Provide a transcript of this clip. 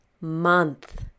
month